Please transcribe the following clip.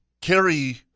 carry